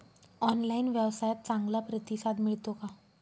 Online व्यवसायात चांगला प्रतिसाद मिळतो का?